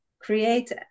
create